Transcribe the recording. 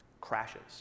crashes